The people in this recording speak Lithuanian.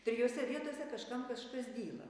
trijose vietose kažkam kažkas dyla